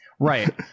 Right